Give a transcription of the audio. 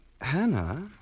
Hannah